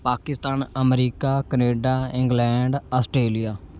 Pakistan America Canada England Australia